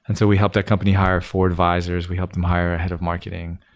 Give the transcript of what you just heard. and so we help that company hire for advisors. we help them hire head of marketing.